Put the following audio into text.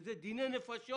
שזה דיני נפשות